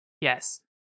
Yes